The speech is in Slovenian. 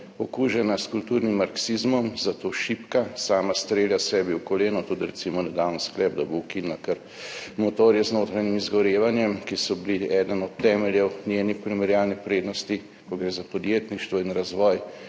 okužena s kulturnim marksizmom, zato šibka sama strelja sebi v koleno. Tudi recimo nedavni sklep, da bo ukinila kar motorje z notranjim izgorevanjem, ki so bili eden od temeljev njene primerjalne prednosti, ko gre za podjetništvo in razvoj